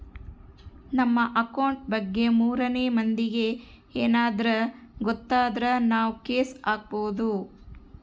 ನಮ್ ಅಕೌಂಟ್ ಬಗ್ಗೆ ಮೂರನೆ ಮಂದಿಗೆ ಯೆನದ್ರ ಗೊತ್ತಾದ್ರ ನಾವ್ ಕೇಸ್ ಹಾಕ್ಬೊದು